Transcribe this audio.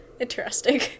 interesting